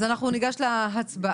אז אנחנו ניגש להצבעה.